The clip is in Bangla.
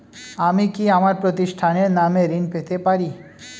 আমি কি আমার প্রতিষ্ঠানের নামে ঋণ পেতে পারি?